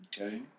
Okay